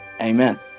Amen